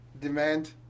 Demand